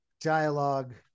dialogue